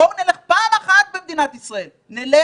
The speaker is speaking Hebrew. בואו נלך פעם אחת במדינת ישראל לאוטובוס,